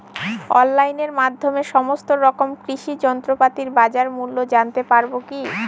অনলাইনের মাধ্যমে সমস্ত রকম কৃষি যন্ত্রপাতির বাজার মূল্য জানতে পারবো কি?